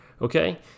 Okay